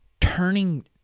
turning